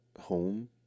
home